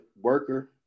worker